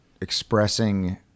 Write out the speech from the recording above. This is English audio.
expressing